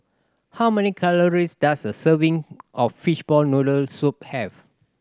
how many calories does a serving of fishball noodle soup have